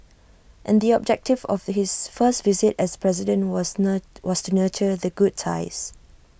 and the objective of his first visit as president was nur was to nurture the good ties